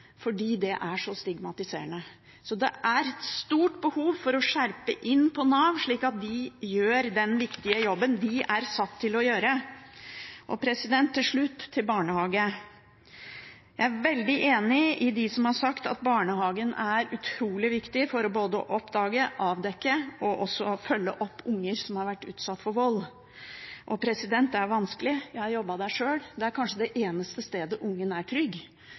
fordi det er så stigmatiserende. Så det er et stort behov for skjerping hos Nav, slik at de gjør den viktige jobben de er satt til å gjøre. Til slutt om barnehage: Jeg er veldig enig med dem som har sagt at barnehagen er utrolig viktig for både å oppdage og å avdekke og for å følge opp unger som har vært utsatt for vold. Det er vanskelig, jeg har jobbet der sjøl. Det er kanskje det eneste stedet ungen er trygg,